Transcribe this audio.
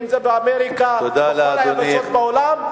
אם זה באמריקה ובכל היבשות בעולם,